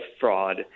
fraud